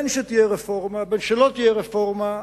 בין שתהיה רפורמה ובין שלא תהיה רפורמה,